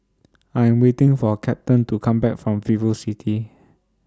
I Am waiting For Captain to Come Back from Vivocity